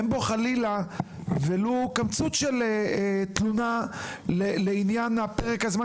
אין בו ולו קמצוץ של תלונה לעניין פרק הזמן